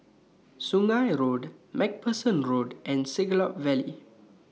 Sungei Road MacPherson Road and Siglap Valley